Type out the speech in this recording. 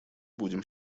будем